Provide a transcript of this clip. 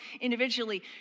individually